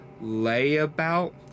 layabout